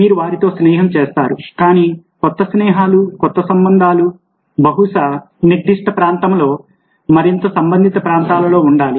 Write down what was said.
మీరు వారితో స్నేహం చేస్తారు కానీ కొత్త స్నేహాలు కొత్త సంబంధాలు బహుశా నిర్దిష్ట ప్రాంతంలో మరియు సంబంధిత ప్రాంతాల్లో ఉండాలి